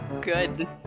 Good